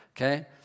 okay